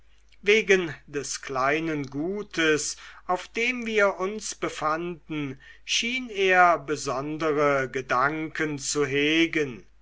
wegen des kleinen gutes auf dem wir uns befanden schien er besondere gedanken zu hegen